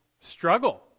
struggle